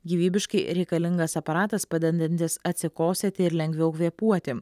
gyvybiškai reikalingas aparatas padedantis atsikosėti ir lengviau kvėpuoti